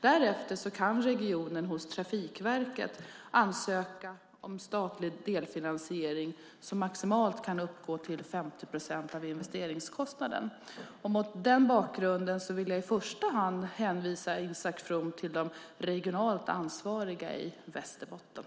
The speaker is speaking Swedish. Därefter kan regionen hos Trafikverket ansöka om statlig delfinansiering som maximalt kan uppgå till 50 procent av investeringskostnaden. Mot den bakgrunden vill jag i första hand hänvisa Isak From till de regionalt ansvariga i Västerbotten.